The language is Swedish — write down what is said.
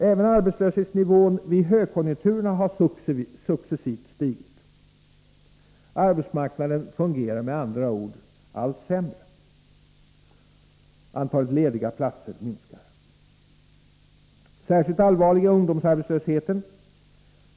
Även arbetslöshetsnivån vid högkonjunkturerna har successivt stigit. Arbetsmarknaden fungerar med andra ord allt sämre. Antalet lediga platser minskar. Särskilt allvarlig är ungdomsarbetslösheten.